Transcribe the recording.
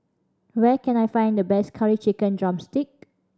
where can I find the best Curry Chicken drumstick